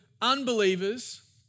unbelievers